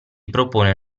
propone